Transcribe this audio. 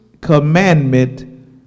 commandment